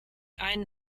einen